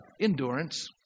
Endurance